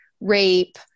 rape